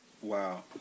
Wow